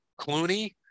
Clooney